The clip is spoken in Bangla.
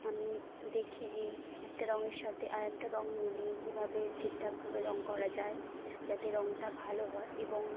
আমি দেখি যে একটা রঙের সাতে আরেকটা রঙ মিলিয়ে কীভাবে ঠিকঠাকভাবে রঙ করা যায় যাতে রঙটা ভালো হয় এবং